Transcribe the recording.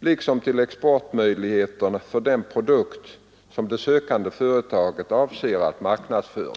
liksom till exportmöjligheterna för den produkt som det sökande företaget avser att marknadsföra.